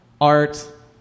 Art